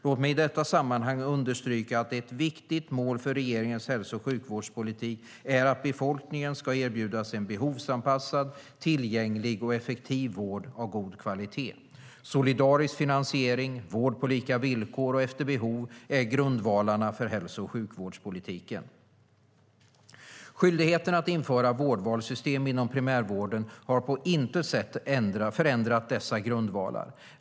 Låt mig i detta sammanhang understryka att ett viktigt mål för regeringens hälso och sjukvårdspolitik är att befolkningen ska erbjudas en behovsanpassad, tillgänglig och effektiv vård av god kvalitet. Solidarisk finansiering och vård på lika villkor och efter behov är grundvalarna för hälso och sjukvårdspolitiken. Skyldigheten att införa vårdvalssystem inom primärvården har på intet sätt förändrat dessa grundvalar.